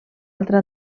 altra